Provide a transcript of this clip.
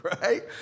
right